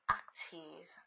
active